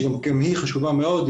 שגם היא חשובה מאוד,